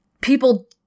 people